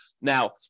Now